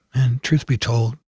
and truth be told,